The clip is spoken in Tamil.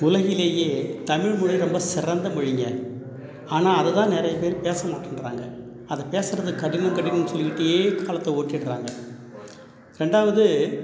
உலகிலேயே தமிழ்மொழி ரொம்ப சிறந்த மொழிங்க ஆனால் அதைதான் நிறைய பேர் பேசமாட்டேன்கிறாங்க அதை பேசுறது கடினம் கடினனு சொல்லிகிட்டே காலத்தை ஓட்டிறாங்க ரெண்டாவது